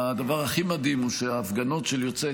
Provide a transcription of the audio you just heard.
הדבר הכי מדהים הוא שההפגנות של יוצאי